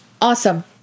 awesome